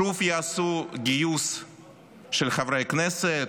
שוב יעשו גיוס של חברי כנסת,